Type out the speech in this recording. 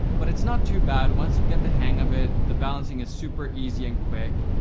but it's not too bad once you get the hang of it, the balancing is super easy and quick.